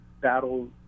battle